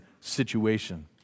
situation